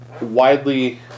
widely